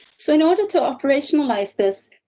so, in order to operationalize this,